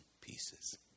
pieces